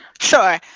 Sure